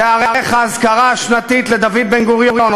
תיערך האזכרה השנתית לדוד בן-גוריון,